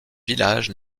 village